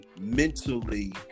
mentally